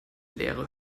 leere